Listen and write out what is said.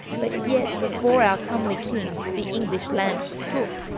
but yet before our comelye king the english land forsooke,